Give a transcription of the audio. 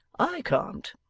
i can't